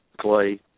Clay